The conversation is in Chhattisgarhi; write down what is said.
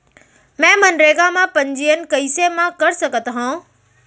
मैं मनरेगा म पंजीयन कैसे म कर सकत हो?